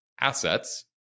assets